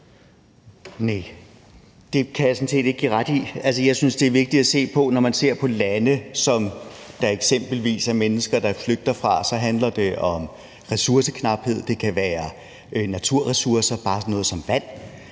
Næh, det kan jeg sådan set ikke give ordføreren ret i. Jeg synes, det er vigtigt at se på, at det, når man ser på lande, som der eksempelvis er mennesker der flygter fra, handler om ressourceknaphed – det kan være naturressourcer, bare sådan noget som vand